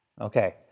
Okay